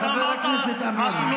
חבר הכנסת אמיר,